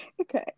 Okay